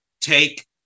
take